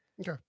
Okay